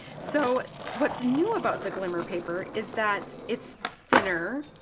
so what's new about the glimmer paper is that it's thinner,